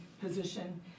position